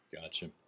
Gotcha